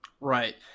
Right